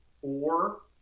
four